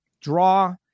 draw